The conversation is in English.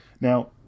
Now